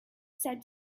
said